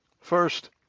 First